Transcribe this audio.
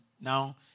now